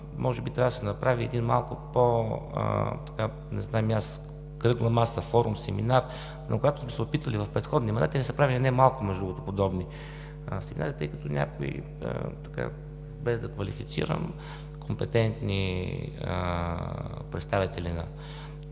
може би трябва да се направи един малко по – не знам и аз – кръгла маса, форум, семинар, но когато сме се опитвали в предходни времена, правени са не малко, между другото, подобни семинари, тъй като някои, без да квалифицирам компетентни представители на